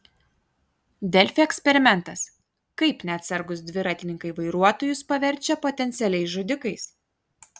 delfi eksperimentas kaip neatsargūs dviratininkai vairuotojus paverčia potencialiais žudikais